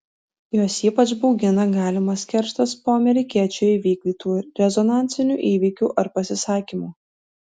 juos ypač baugina galimas kerštas po amerikiečių įvykdytų rezonansinių įvykių ar pasisakymų